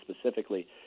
specifically